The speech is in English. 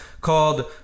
called